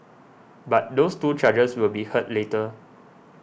but those two charges will be heard later